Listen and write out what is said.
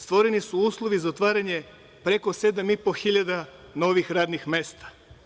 Stvoreni su uslovi za otvaranje preko 7.500 novih radnih mesta.